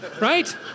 Right